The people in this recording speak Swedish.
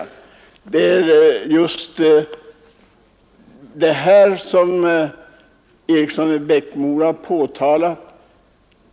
Det är just det här som herr Eriksson i Bäckmora har påtalat.